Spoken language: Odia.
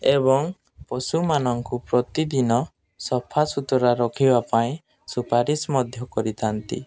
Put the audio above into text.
ଏବଂ ପଶୁମାନଙ୍କୁ ପ୍ରତିଦିନ ସଫା ସୁୁତୁରା ରଖିବା ପାଇଁ ସୁପାରିଶ୍ ମଧ୍ୟ କରିଥାନ୍ତି